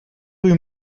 rue